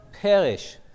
perish